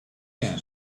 yen